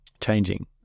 changing